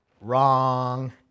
Wrong